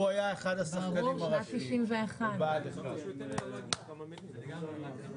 הוא היה אחד השחקנים הראשיים בבה"ד 1. יעל רון בן משה (כחול לבן):